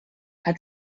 hat